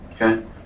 Okay